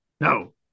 no